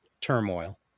turmoil